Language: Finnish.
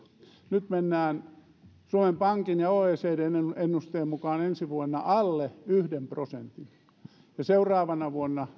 nyt mennään suomen pankin ja oecdn ennusteiden mukaan ensi vuonna alle yhden prosentin ja seuraavana vuonna